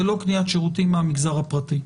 זה לא קניית שירותים מהמגזר הפרטי.